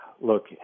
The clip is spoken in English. look